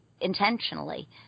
intentionally